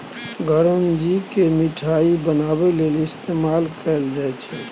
चिरौंजी केँ मिठाई बनाबै लेल इस्तेमाल कएल जाई छै